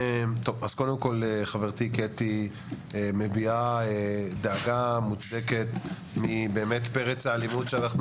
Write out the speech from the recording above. חברתי קטי מביעה דאגה מוצדקת מפרץ האלימות שאנחנו